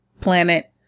planet